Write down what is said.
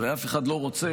הרי אף אחד לא רוצה